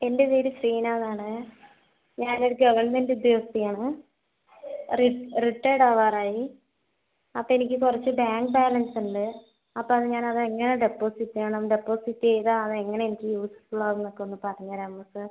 എൻ്റെ പേര് സീന എന്നാണ് ഞാൻ ഒരു ഗവൺമെൻറ്റ് ഉദ്യോഗസ്ഥ ആണ് റി റിട്ടയേർഡ് ആവാറായി അപ്പം എനിക്ക് കുറച്ച് ബാങ്ക് ബാലൻസ് ഉണ്ട് അപ്പം അത് ഞാൻ അത് എങ്ങനെ ഡെപ്പോസിറ്റ് ചെയ്യണം ഡെപ്പോസിറ്റ് ചെയ്താൽ അത് എങ്ങനെ എനിക്ക് യൂസ്ഫുൾ ആവുമെന്ന് ഒക്കെ ഒന്ന് പറഞ്ഞ് തരാമോ സാർ